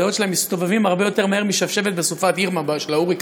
הדעות שלהם מסתובבות הרבה יותר מהר משבשבת בסופת אירמה של ההוריקן: